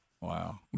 Wow